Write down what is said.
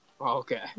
Okay